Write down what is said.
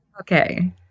Okay